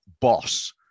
Boss